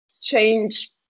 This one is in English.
change